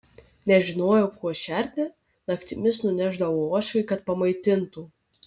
nežinojau kuo šerti naktimis nunešdavau ožkai kad pamaitintų